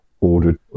ordered